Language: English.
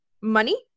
money